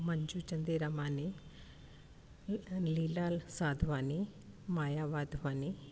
Manju Chandiramani Leela Sadhwani Maya Wadhwani